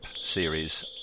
series